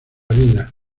vida